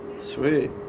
Sweet